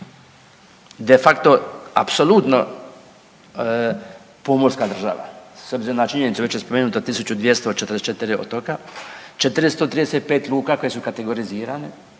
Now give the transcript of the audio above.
de facto apsolutno pomorska država s obzirom na činjenicu već je spomenuto 1244 otoka, 435 luka koje su kategorizirane